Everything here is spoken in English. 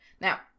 Now